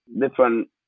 different